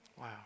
Wow